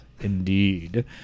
indeed